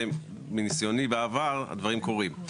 ומניסיוני בעבר הדברים קורים.